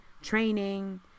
Training